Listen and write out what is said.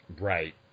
Right